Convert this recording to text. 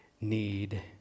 need